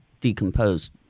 decomposed